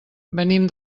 venim